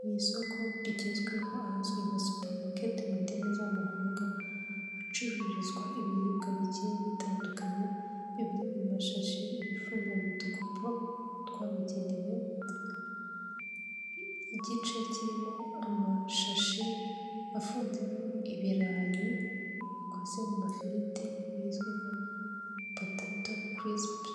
Mu isoko rigezweho ahazwi nka supermarket mu ndimi z'amahanga acururizwa ibiribwa bike bitandukanye ibiri mu mashashi ibifunze mudukopo twabugenewe igice kirimo amashashi afunzemo ibirayi bikoze mu mafiriti bizwi nka patato kirisibi